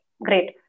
Great